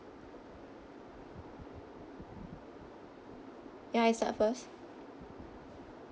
ya I start first